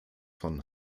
von